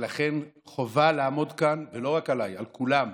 לכן חובה לעמוד כאן, לא רק עליי, על כולם,